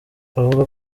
avuga